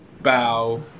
bow